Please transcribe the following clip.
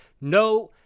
no